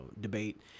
debate